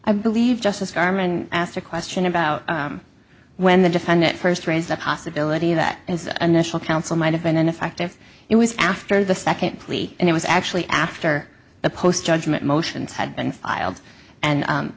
i believe just as carmen asked a question about when the defendant first raised the possibility that as a national council might have been ineffective it was after the second plea and it was actually after the post judgment motions had been filed and